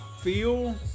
feel